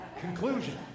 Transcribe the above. Conclusion